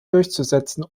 durchzusetzen